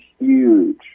huge